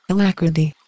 Alacrity